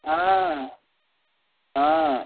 ఆ ఆ